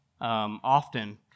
often